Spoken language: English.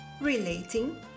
relating